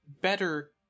better